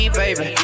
baby